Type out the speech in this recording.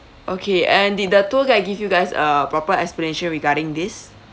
okay and did the tour guide give you guys a proper explanation regarding this